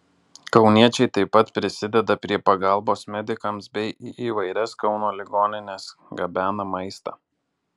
kauniečiai taip pat prisideda prie pagalbos medikams bei į įvairias kauno ligonines gabena maistą